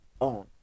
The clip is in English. own